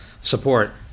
support